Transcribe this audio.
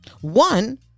One